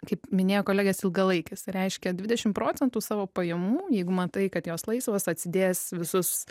kaip minėjo kolegės ilgalaikis reiškia dvidešim procentų savo pajamų jeigu matai kad jos laisvos atsidėjęs visus